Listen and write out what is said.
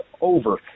over